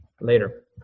Later